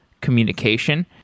communication